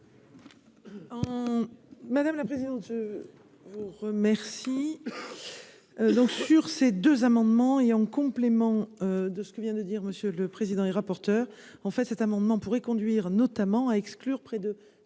Madame la présidente, je vous remercie donc sur ces deux amendements et en complément de ce que vient de dire monsieur le président et rapporteur, en fait, cet amendement pourrait conduire notamment à exclure, près de